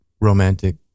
romantic